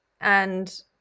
And-